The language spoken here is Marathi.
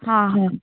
हां हां